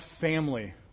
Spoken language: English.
family